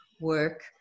work